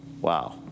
Wow